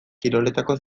kiroletako